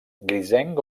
grisenc